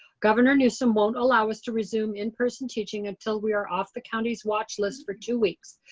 governor newsom won't allow us to resume in-person teaching until we are off the county's watch list for two weeks.